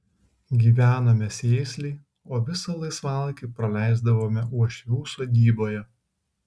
gyvenome sėsliai o visą laisvalaikį praleisdavome uošvių sodyboje